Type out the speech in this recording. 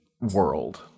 world